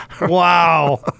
Wow